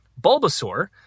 Bulbasaur